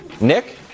Nick